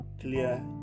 clear